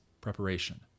preparation